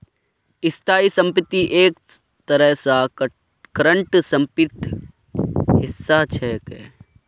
स्थाई संपत्ति एक तरह स करंट सम्पत्तिर हिस्सा छिके